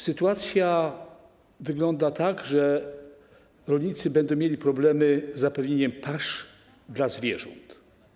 Sytuacja wygląda tak, że rolnicy będą mieli problemy z zapewnieniem pasz dla zwierząt.